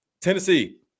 Tennessee